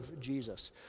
Jesus